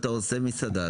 אם אתה עושה מסעדה,